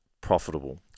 profitable